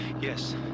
Yes